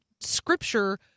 scripture